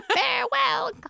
Farewell